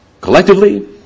Collectively